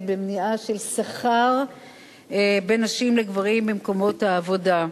במניעה של פערי שכר בין נשים לגברים במקומות העבודה.